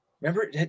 Remember